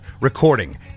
recording